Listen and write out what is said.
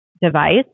device